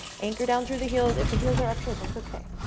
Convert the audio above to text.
anchor down through the heels if the heels are up here that's okay.